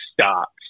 stops